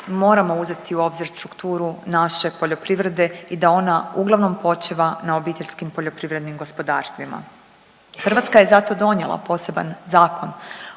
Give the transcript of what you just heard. moramo uzeti u obzir strukturu naše poljoprivrede i da ona uglavnom počiva na OPG-ovima. Hrvatska je zato donijela poseban Zakon